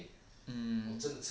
um